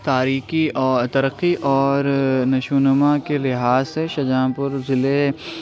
تاریکی اور ترقی اور نشو و نما کے لحاظ سے شاہجہاں پور ضلع